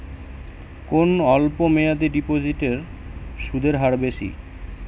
কোন অল্প মেয়াদি ডিপোজিটের সুদের হার বেশি?